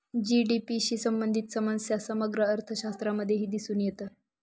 GDP शी संबंधित समस्या समग्र अर्थशास्त्रामध्येही दिसून येते